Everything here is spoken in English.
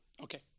okay